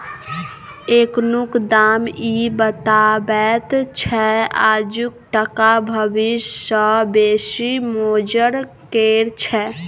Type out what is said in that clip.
एखनुक दाम इ बताबैत छै आजुक टका भबिस सँ बेसी मोजर केर छै